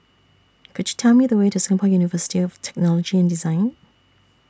Could YOU Tell Me The Way to Singapore University of Technology and Design